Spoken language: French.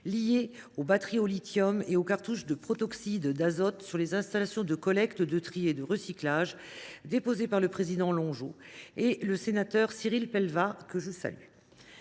lié aux batteries au lithium et aux cartouches de protoxyde d’azote dans les installations de collecte, de tri et de recyclage, déposée par le président Longeot et Cyril Pellevat, que je salue.